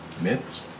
myths